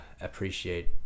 appreciate